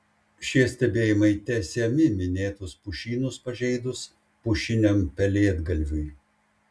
šie stebėjimai tęsiami minėtus pušynus pažeidus pušiniam pelėdgalviui